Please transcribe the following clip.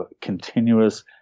continuous